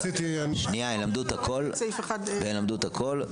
הם למדו את הכול?